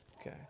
okay